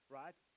right